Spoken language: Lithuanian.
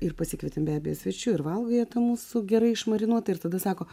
ir pasikvietėm be abejo svečių ir valgai tą mūsų gerai išmarinuotą ir tada sako